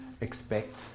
expect